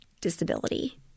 disability